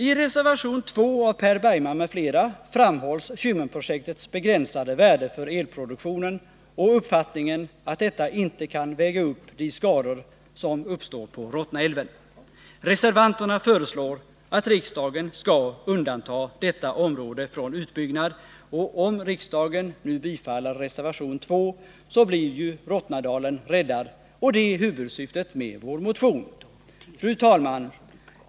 I reservation 2 av Per Bergman m.fl. framhålls Kymmenprojektets begränsade värde för elproduktionen och hävdas uppfattningen att detta värde inte kan väga upp de skador som uppstår på Rottnaälven. Reservanterna föreslår att riksdagen skall undanta detta område från utbyggnad. Om riksdagen nu bifaller reservation 2 blir ju Rottnadalen räddad, och det är huvudsyftet med vår motion. Fru talman!